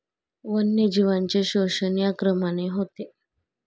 वन्यजीवांचे शोषण या क्रमाने होते